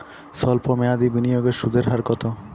সল্প মেয়াদি বিনিয়োগের সুদের হার কত?